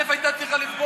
אני קראתי לך לחזור.